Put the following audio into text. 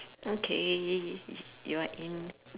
okay you're in